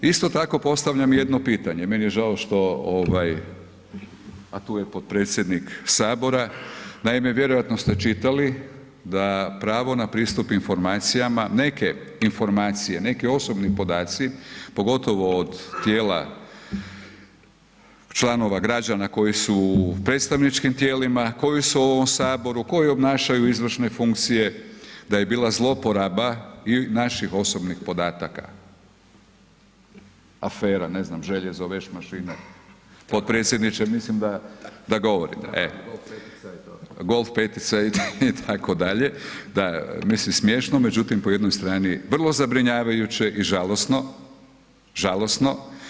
Isto tako postavljam jedno pitanje, meni je žao što ovaj, a tu je potpredsjednik sabora, naime vjerojatno ste čitali da pravo na pristup informacijama, neke informacije, neke osobni podaci pogotovo od tijela članova građana koji su u predstavničkim tijelima, koji su u ovom saboru, koji obnašaju izvršne funkcije da je bila zlouporaba naših osobnih podataka, afera ne znam željezo, vešmašine, potpredsjedniče mislim da govorite, e, golf 5-ica itd., da mislim smiješno, međutim po jednoj strani vrlo zabrinjavajuće i žalosno, žalosno.